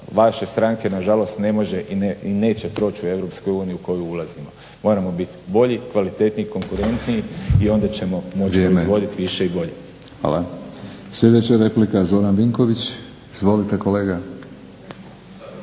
vaše stranke, nažalost ne može i neće proći u EU u koju ulazimo. Moramo bit bolji, kvalitetniji i konkurentniji i onda ćemo moći proizvoditi više i bolje. **Batinić, Milorad (HNS)** Vrijeme.